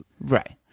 Right